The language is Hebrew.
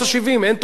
לא יכול להיות.